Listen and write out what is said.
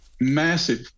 massive